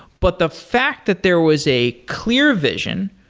but the fact that there was a clear vision,